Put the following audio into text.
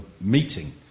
meeting